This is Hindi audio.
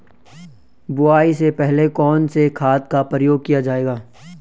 बुआई से पहले कौन से खाद का प्रयोग किया जायेगा?